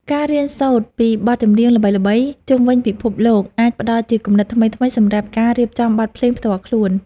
ការរៀនសូត្រពីបទចម្រៀងល្បីៗជុំវិញពិភពលោកអាចផ្ដល់ជាគំនិតថ្មីៗសម្រាប់ការរៀបចំបទភ្លេងផ្ទាល់ខ្លួន។